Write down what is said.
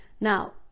Now